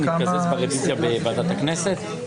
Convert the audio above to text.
הפסיקה בהלבנת הון הכירה במסלול הפסד"פ לפני הגשת כתב אישום.